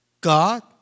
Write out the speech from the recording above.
God